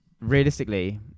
realistically